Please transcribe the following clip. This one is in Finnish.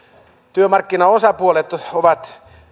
työmarkkinaosapuolet ovat